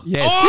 Yes